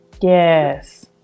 yes